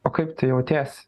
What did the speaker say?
o kaip tu jautiesi